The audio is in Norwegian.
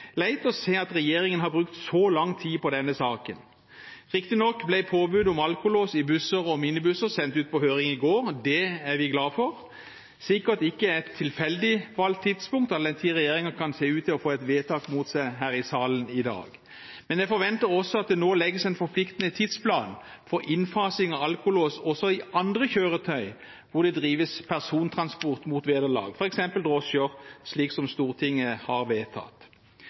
leit å se at regjeringen har brukt så lang tid på den saken. Riktignok ble påbud om alkolås i busser og minibusser sendt ut på høring i går, og det er vi glad for. Det er sikkert ikke et tilfeldig valgt tidspunkt all den tid regjeringen ser ut til å få et vedtak mot seg her i salen i dag. Men jeg forventer også at det nå legges en forpliktende tidsplan for innfasing av alkolås også i andre kjøretøy hvor det drives persontransport mot vederlag, f.eks. i drosjer, slik Stortinget har vedtatt.